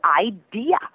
idea